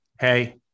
Hey